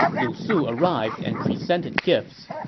lu su arrived and presented gifts.